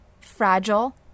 fragile